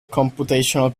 computational